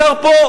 גר פה.